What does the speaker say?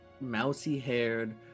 mousy-haired